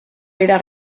vida